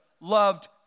loved